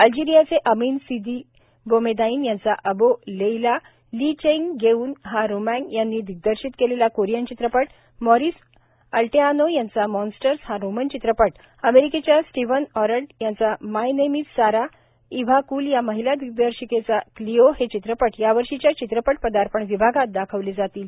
अल्जीरियाचे Amine Sidi Boumediene यांचा Abou Leila Lee Chang Geun हा रोमँग यांनी दिग्दर्शित केलेला कोरियन चित्रपट मॉरिस ओल्टेआनो यांचा मॉन्स्टर्स हा रोमन चित्रपट अमेरिकेच्या स्टीवन ऑरट यांचा my name is Sara Eva क्ल या महिला दिग्दर्शिकेचा क्लिओ हे चित्रपट यावर्षीच्या चित्रपट पदार्पण विभागात दाखवले जातील